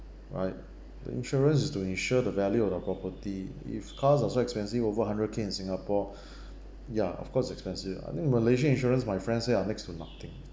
right the insurance is to insure the value of the property if cars are so expensive what over hundred K in singapore ya of course expensive ah I think malaysia insurance my friend say are next to nothing